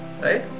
right